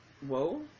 Whoa